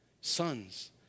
sons